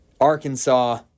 Arkansas